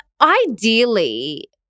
ideally